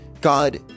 God